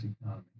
economy